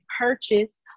purchase